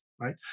right